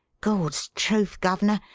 gawd's truth, guv'ner,